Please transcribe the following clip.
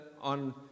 on